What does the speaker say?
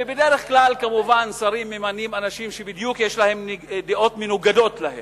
ובדרך כלל שרים כמובן ממנים אנשים שבדיוק יש להם דעות מנוגדות להם,